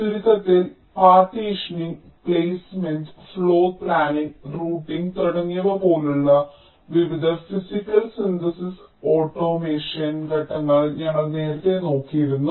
ചുരുക്കത്തിൽ partitioning placement floor planning routing തുടങ്ങിയവ പോലുള്ള വിവിധ ഫിസിക്കൽ ഡിസൈൻ ഓട്ടോമേഷൻ ഘട്ടങ്ങൾ ഞങ്ങൾ നേരത്തെ നോക്കിയിരുന്നു